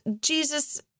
Jesus